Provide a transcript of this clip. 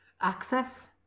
access